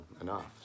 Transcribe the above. enough